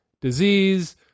disease